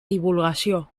divulgació